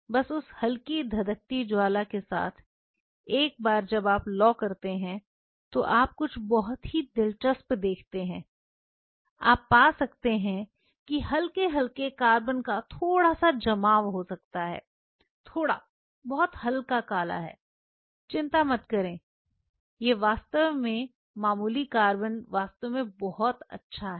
बस उस हल्की धधकती ज्वाला के साथ एक बार जब आप लौ करते हैं तो आप कुछ बहुत ही दिलचस्प देखते हैं आप पा सकते हैं कि हल्के हल्के कार्बन का थोड़ा सा जमाव हो सकता है थोड़ा बहुत हल्का काला है चिंता मत करो कि वास्तव में मामूली कार्बन वास्तव में अच्छा है